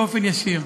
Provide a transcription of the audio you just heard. באופן ישיר,